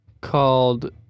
Called